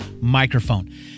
microphone